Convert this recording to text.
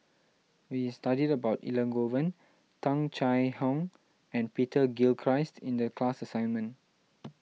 we studied about Elangovan Tung Chye Hong and Peter Gilchrist in the class assignment